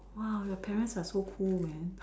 !wow! your parents are so cool man